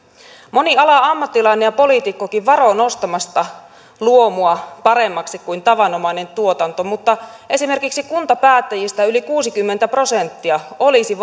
moni alan ammattilainen ja poliitikkokin varoo nostamasta luomua paremmaksi kuin tavanomainen tuotanto mutta esimerkiksi kuntapäättäjistä yli kuusikymmentä prosenttia olisi